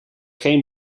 geen